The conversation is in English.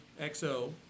XO